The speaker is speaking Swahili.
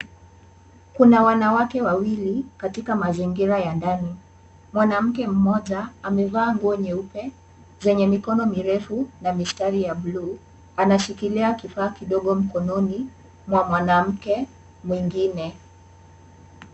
Kuna wanawake wawili katika mazingira ya ndani. Mwanamke mmoja amevaa nguo nyeupe zenye mikono mirefu na mistari ya blue .Anashikilia kifaa kidogo mkononi mwa mwanamke mwingine.